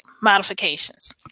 modifications